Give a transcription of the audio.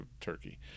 turkey